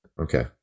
Okay